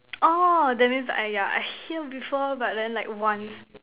oh that means !aiya! I hear before but then like once